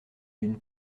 d’une